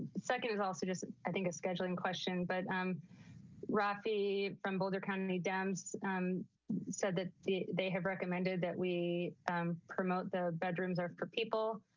second and is also just and i think a scheduling question, but i'm rafi from boulder county dems said that the they have recommended that we promote the bedrooms, or four people.